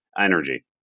energy